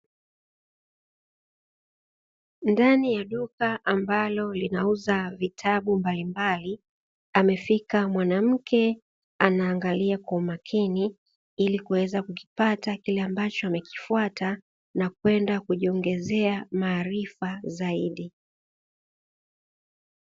Ndani ya duka ambalo linauza vitabu mbalimbali, amefika mwanamke anaangalia kwa makini ili kuweza kukipata kile ambacho amekifuata, na kwenda kujiongezea maarifa zaidi.